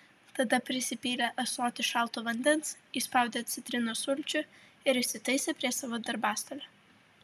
tada prisipylė ąsotį šalto vandens įspaudė citrinos sulčių ir įsitaisė prie savo darbastalio